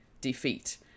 defeat